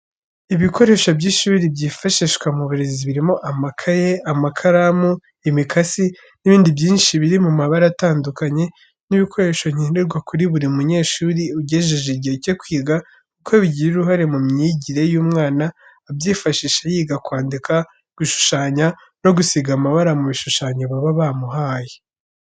Ibikoresho by'ishuri byifashishwa mu burezi birimo amakaye, amakaramu, imikasi, n'ibindi byinshi birimumabara atandukanye n'ibikoresho nkenerwa kuri buri munyeshuri ugejeje igihe cyo kwiga kuko bigira uruhare mu myigire y'umwana abyifashisha yiga kwandika, gushushanya no gusiga amabara mu bishushanyo baba bamuhaye.